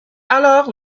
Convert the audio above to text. alors